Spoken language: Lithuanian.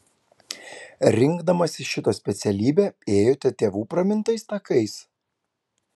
rinkdamasi šitą specialybę ėjote tėvų pramintais takais